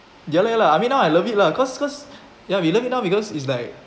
ya lah ya lah I mean now I love it lah cause cause ya we love it now because it's like